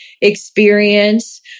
experience